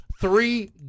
three